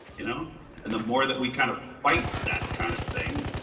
you know and the more that we kind of fight that kind of thing,